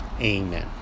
Amen